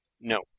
No